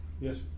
yes